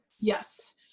Yes